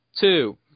Two